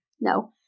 No